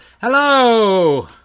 Hello